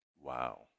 wow